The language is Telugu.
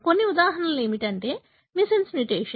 కొన్ని ఉదాహరణలు ఏమిటంటే మిస్సెన్స్ మ్యుటేషన్